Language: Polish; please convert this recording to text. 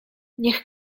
niech